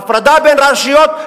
ההפרדה בין רשויות.